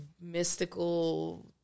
mystical